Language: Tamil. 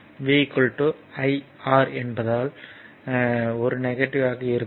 V IR என்பதால் I நெகட்டிவ்வாக இருக்கும்